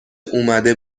اومده